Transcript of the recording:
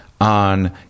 on